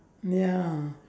ya